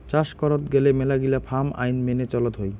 চাস করত গেলে মেলাগিলা ফার্ম আইন মেনে চলত হই